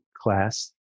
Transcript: class